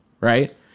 right